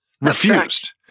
Refused